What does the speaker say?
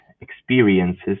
experiences